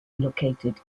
located